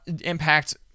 Impact